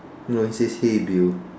no it says hey Bill